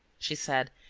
she said,